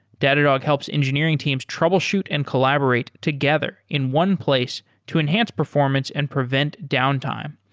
datadog helps engineering teams troubleshoot and collaborate together in one place to enhance performance and prevent downtime.